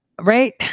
right